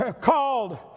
called